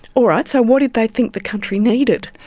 all right, so what did they think the country needed?